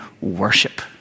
worship